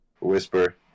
Whisper